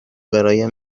برایم